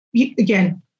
again